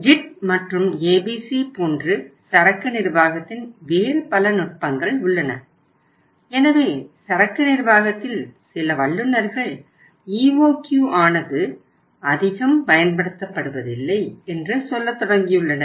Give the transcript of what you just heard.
GID போன்று சரக்கு நிர்வாகத்தின் வேறு பல நுட்பங்கள் உள்ளன எனவே சரக்கு நிர்வாகத்தில் சில வல்லுநர்கள் EOQ ஆனது அதிகம் பயன்படுத்தப்படுவதில்லை என்று சொல்லத் தொடங்கியுள்ளனர்